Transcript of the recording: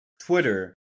Twitter